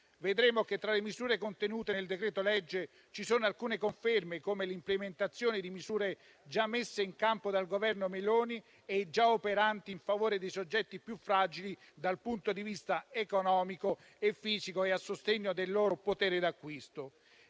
Vedremo che tra le misure contenute nel decreto-legge ci sono alcune conferme, come l'implementazione di misure già messe in campo dal Governo Meloni e già operanti in favore dei soggetti più fragili dal punto di vista economico e fisico e a sostegno del loro potere d'acquisto.